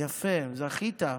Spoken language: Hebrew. יפה, זכית.